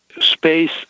space